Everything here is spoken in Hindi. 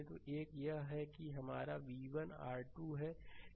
तो एक यह है कि हमारा v1 r 2 पर है